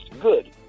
good